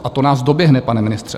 A to nás doběhne, pane ministře.